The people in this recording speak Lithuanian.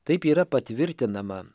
taip yra patvirtinama